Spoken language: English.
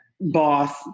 boss